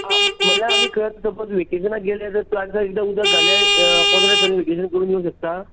आं म्हणळ्यार आमी खंय सपोज वेकेशनाक घाले जाल्यार प्लाण्टाक इल्लें उदक घातले जाल्यार पंदरा दिसानीं वेकेशन करून येवं शकता